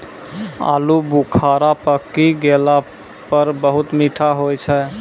आलू बुखारा पकी गेला पर बहुत मीठा होय छै